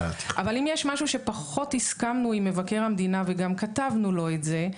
אבל אם יש משהו שפחות הסכמנו עם מבקר המדינה וגם כתבנו לו את זה,